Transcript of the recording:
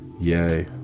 Yay